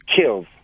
kills